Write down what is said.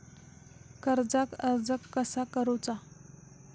कर्जाक अर्ज कसा करुचा?